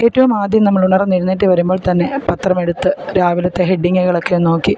ഏറ്റവും ആദ്യം നമ്മൾ ഉണർന്ന് എഴുന്നേറ്റു വരുമ്പം തന്നെ പത്രമെടുത്ത് രാവിലത്തെ ഹെഡിങ്ങുകളൊക്കെ നോക്കി